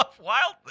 Wild